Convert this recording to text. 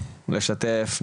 ולשתף,